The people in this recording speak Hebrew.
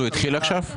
הוא התחיל עכשיו?